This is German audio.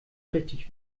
richtig